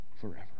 forever